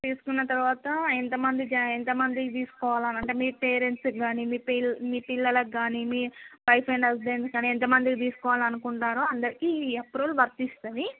తీసుకున్న తర్వాత ఎంతమంది జాయి ఎంతమందికి తీసుకోవాలని అంటే మీ పేరెంట్స్ కాని మీ పిల్ల మీ పిల్లలకు కాని మీ వైఫ్ అండ్ హస్బెండ్కి కాని ఎంతమందికి తీసుకోవాలనుకున్నారో అందరికీ ఈ అప్రూవల్ వర్తిస్తుంది